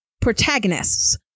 protagonists